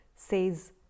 says